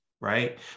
right